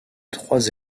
trois